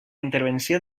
intervenció